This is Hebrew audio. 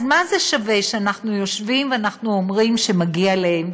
אז מה זה שווה שאנחנו יושבים ואנחנו אומרים שמגיע להם,